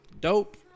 dope